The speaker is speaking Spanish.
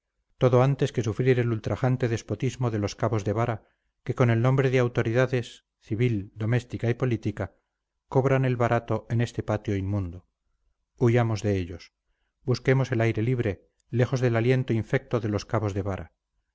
todo antes que sufrir el ultrajante despotismo de los cabos de vara que con el nombre de autoridades civil doméstica y política cobran el barato en este patio inmundo huyamos de ellos busquemos el aire libre lejos del aliento infecto de los cabos de vara